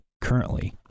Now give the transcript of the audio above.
currently